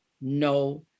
no